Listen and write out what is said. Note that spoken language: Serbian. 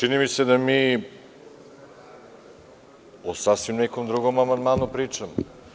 Čini mi se da mi o sasvim nekom drugom amandmanu pričamo.